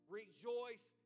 rejoice